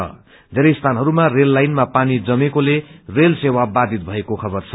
क्षेरै स्थानहरूमा रेल लाइनमा पानी जमेकोल रेल सेवा बाधित भएको खबर छ